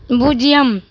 பூஜ்ஜியம்